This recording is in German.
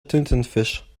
tintenfisch